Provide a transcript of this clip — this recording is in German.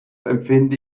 empfinde